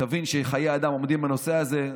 תבין שחיי אדם תלויים בנושא הזה.